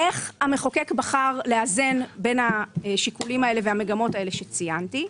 איך המחוקק בחר לאזן בין השיקולים האלה והמגמות האלה שציינתי.